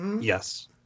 Yes